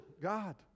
God